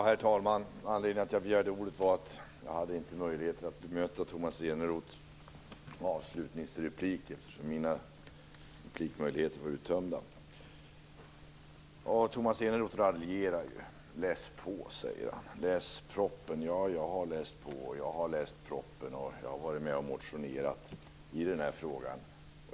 Herr talman! Anledningen till att jag begärde ordet är att jag inte hade möjlighet att bemöta Tomas Eneroths avslutningsreplik, eftersom jag inte hade någon mer replikrätt. Tomas Eneroth raljerar. Läs på säger han. Läs propositionen. Ja, jag har läst på. Jag har läst propositionen, och jag har varit med och motionerat i den här frågan.